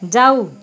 जाऊ